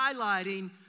highlighting